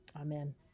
amen